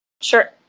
Sure